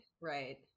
right